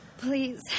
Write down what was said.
Please